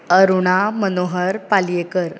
Aruna Manohar Palyekar